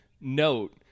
note